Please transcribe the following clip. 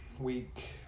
week